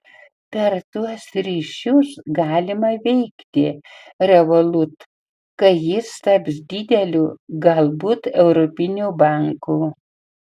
per tuos ryšius galima veikti revolut kai jis taps dideliu galbūt europiniu banku